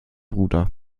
bruder